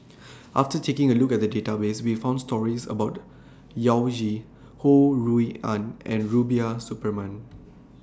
after taking A Look At The Database We found stories about Yao Zi Ho Rui An and Rubiah Suparman